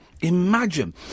Imagine